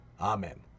Amen